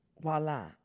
Voila